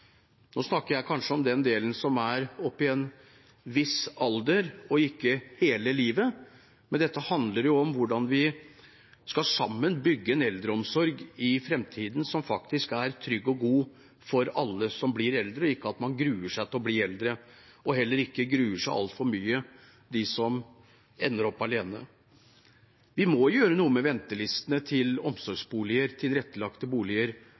Nå snakker jeg om dem som er oppe i en viss alder, og ikke hele livet, men dette handler jo om hvordan vi sammen skal bygge en eldreomsorg i framtiden som er trygg og god for alle som blir eldre, slik at man ikke gruer seg til å bli eldre, og at heller ikke de som ender opp alene, gruer seg altfor mye. Vi må gjøre noe med ventelistene til omsorgsboliger, tilrettelagte boliger